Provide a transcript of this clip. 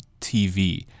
TV